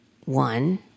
One